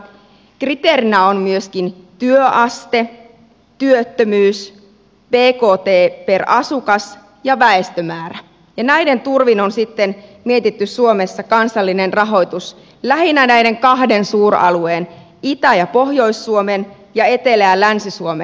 kriteereinä ovat myöskin työaste työttömyys bkt per asukas ja väestömäärä ja näiden turvin on sitten mietitty suomessa kansallinen rahoitus lähinnä näiden kahden suuralueen itä ja pohjois suomen ja etelä ja länsi suomen välillä